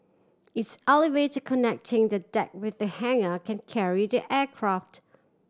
its elevator connecting the deck with the hangar can carry the aircraft